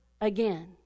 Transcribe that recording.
again